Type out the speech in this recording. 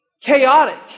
chaotic